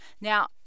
now